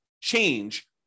change